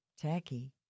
Tacky